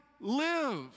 live